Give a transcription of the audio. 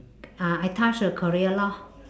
ah I touch the career lor